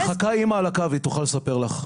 מחכה אימא על הקו, והיא תוכל לספר לך.